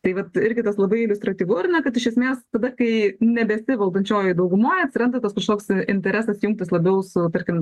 tai vat irgi tas labai iliustratyvu ar ne kad iš esmės tada kai nebesi valdančiojoj daugumoje atsiranda tas kažkoks interesas jungtis labiau su tarkim